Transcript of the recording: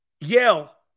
Yale